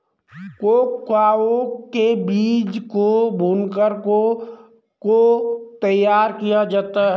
cocoa के बीज को भूनकर को को तैयार किया जाता है